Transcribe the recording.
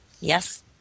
Yes